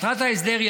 מטרת ההסדר היא,